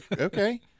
Okay